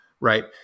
right